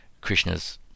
Krishna's